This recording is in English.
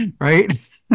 right